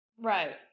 Right